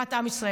לטובת עם ישראל.